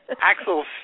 Axel